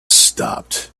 stopped